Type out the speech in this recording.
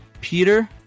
Peter